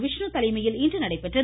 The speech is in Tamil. விஷ்ணு தலைமையில் இன்று நடைபெற்றது